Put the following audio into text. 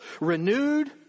renewed